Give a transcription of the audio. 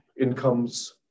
incomes